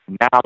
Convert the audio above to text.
Now